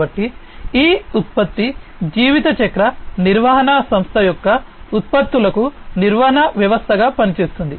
కాబట్టి ఈ ఉత్పత్తి జీవితచక్ర నిర్వహణ సంస్థ యొక్క ఉత్పత్తులకు నిర్వహణ వ్యవస్థగా పనిచేస్తుంది